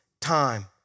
time